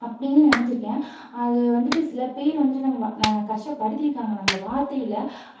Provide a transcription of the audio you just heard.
அப்படினு நெனைச்சிருக்கேன் அது வந்துட்டு சிலபேர் வந்துட்டு நம்ம ந கஷ்டப்படுத்தியிருக்காங்க நம்மள வார்த்தையில்